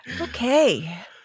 Okay